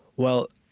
well,